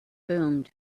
boomed